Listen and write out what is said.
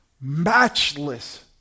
matchless